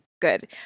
good